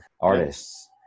artists